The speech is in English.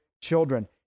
children